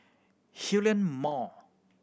Hillion Mall